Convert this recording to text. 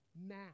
now